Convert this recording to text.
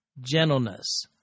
gentleness